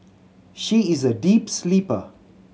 she is a deep sleeper